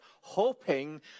hoping